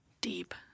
Deep